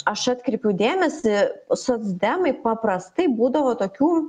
aš atkreipiau dėmesį socdemai paprastai būdavo tokių